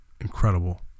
incredible